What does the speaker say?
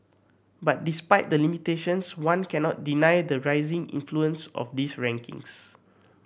but despite the limitations one cannot deny the rising influence of these rankings